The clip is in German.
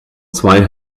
zwei